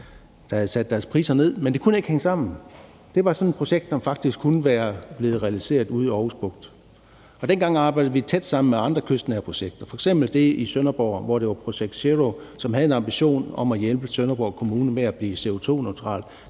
havde sat deres priser ned, men det kunne ikke hænge sammen. Det var sådan et projekt, som faktisk kunne være blevet realiseret ude i Aarhus Bugt. Dengang arbejdede vi tæt sammen med andre kystnære projekter, f.eks. det i Sønderborg, ProjectZero, som havde en ambition om at hjælpe Sønderborg Kommune med at blive CO2-neutral,